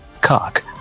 cock